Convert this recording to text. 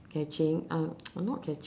catching uh not catch~